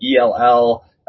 ELL